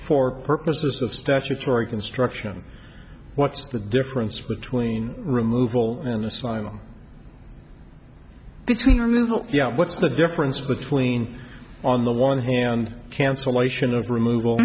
for purposes of statutory construction what's the difference between removal and the slow between removal what's the difference between on the one hand cancellation of removal